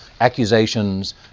accusations